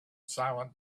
silent